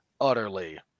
utterly